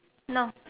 no